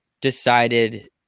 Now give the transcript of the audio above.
decided –